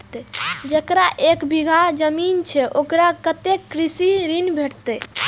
जकरा एक बिघा जमीन छै औकरा कतेक कृषि ऋण भेटत?